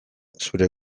zure